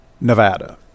Nevada